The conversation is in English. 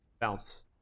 Bounce